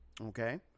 Okay